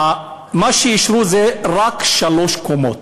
מה שאישרו זה רק שלוש קומות.